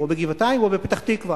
או בגבעתיים או בפתח-תקווה.